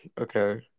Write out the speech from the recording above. okay